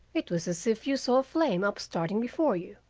it was as if you saw a flame upstarting before you,